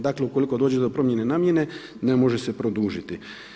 Dakle, ukoliko dođe do promjene namjene ne može se produžiti.